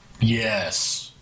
yes